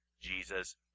Jesus